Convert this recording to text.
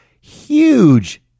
huge